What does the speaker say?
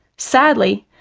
sadly,